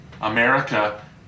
America